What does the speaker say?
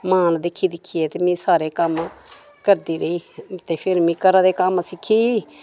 मां ई दिक्खी दिक्खियै ते में सारे कम्म करदी रेही ते फिर में घरा दे कम्म सिक्खी गेई